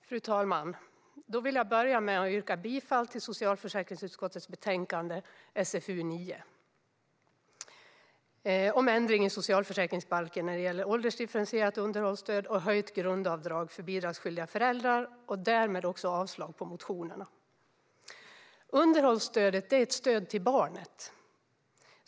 Fru talman! Jag vill börja med att yrka bifall till utskottets förslag i socialförsäkringsutskottets betänkande SfU9 om ändring i socialförsäkringsbalken när det gäller åldersdifferentierat underhållsstöd och höjt grundavdrag för bidragsskyldiga föräldrar. Därmed yrkar jag också avslag på reservationen. Underhållsstödet är ett stöd till barnet.